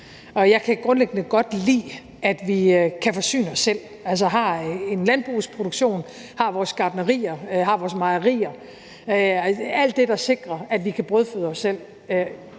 Jeg kan grundlæggende godt lide, at vi kan forsyne os selv, altså har en landbrugsproduktion, har vores gartnerier og har vores mejerier – alt det, der sikrer, at vi kan brødføde os selv,